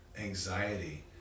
anxiety